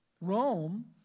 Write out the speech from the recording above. Rome